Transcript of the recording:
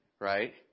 right